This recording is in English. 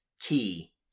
key